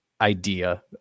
idea